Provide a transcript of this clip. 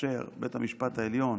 כאשר בית המשפט העליון